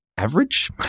average